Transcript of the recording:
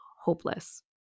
hopeless